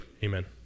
Amen